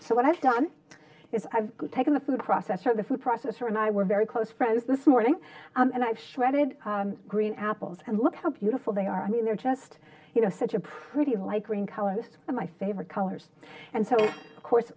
so what i've done is i've taken the food processor the food processor and i were very close friends this morning and i shredded green apples and look how beautiful they are i mean they're just you know such a pretty like ring color was my favorite colors and so of course